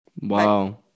Wow